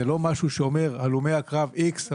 זה לא משהו שאומר הלומי הקרב X,